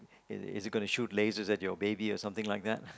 it it is gonna shoot lasers at your baby or something like that